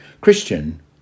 Christian